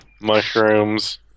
mushrooms